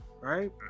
right